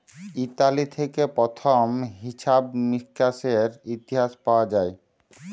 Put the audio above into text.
Italy থেক্যে প্রথম হিছাব মিকাশের ইতিহাস পাওয়া যায়